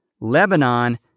Lebanon